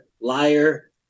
liar